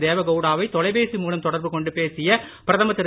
தேவகவுடாவை தொலைபேசி மூலம் தொடர்பு கொண்டு பேசிய பிரதமர் திரு